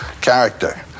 character